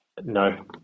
no